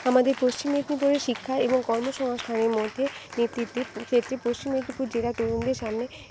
আমাদের পশ্চিম মেদিনীপুরের শিক্ষা এবং কর্মসংস্থানের মধ্যে নেতৃত্বের ক্ষেত্রে পশ্চিম মেদিনীপুর জেলার তরুণদের সামনে